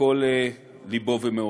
בכל לבו ומאודו.